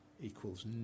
Equals